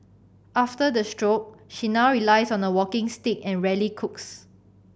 after the stroke she now relies on a walking stick and rarely cooks